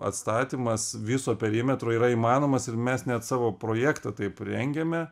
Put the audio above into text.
atstatymas viso perimetro yra įmanomas ir mes net savo projektą taip ir rengėme